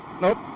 nope